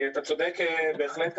אתה צודק בהחלט.